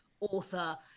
author